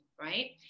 right